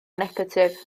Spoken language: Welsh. negatif